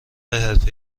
حرفه